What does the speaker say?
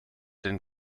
den